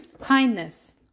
kindness